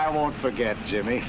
i won't forget jimmy